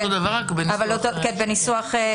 זה אותו דבר, רק בניסוח אחר.